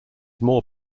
more